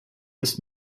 ist